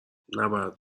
نباید